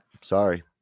Sorry